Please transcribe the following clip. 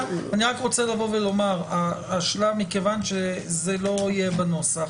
מכיוון שזה לא יהיה בנוסח,